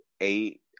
eight